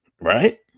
Right